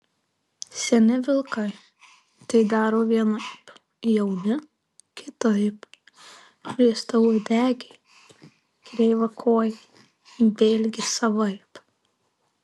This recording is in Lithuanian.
seni vilkai tai daro vienaip jauni kitaip riestauodegiai kreivakojai vėlgi savaip